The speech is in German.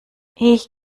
ich